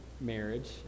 marriage